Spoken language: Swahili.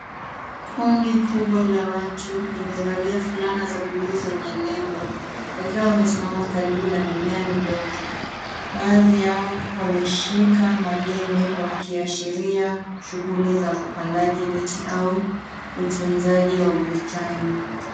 Kundi kubwa la watu limevalia fulana za buluu zenye nembo wakiwa wamesimama karibu na mimea midogo, baadhi yao wameshika majembe wa kiashiria shughuli za upandaji miti au utunzaji wa bustani.